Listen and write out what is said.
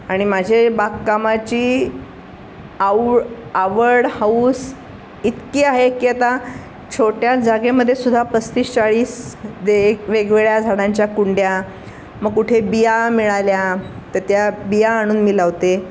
आणि माझे बागकामाची आऊ आवड हौस इतकी आहे की आता छोट्या जागेमध्ये सुद्धा पस्तीस चाळीस दे वेगवेगळ्या झाडांच्या कुंड्या मग कुठे बिया मिळाल्या तर त्या बिया आणून मी लावते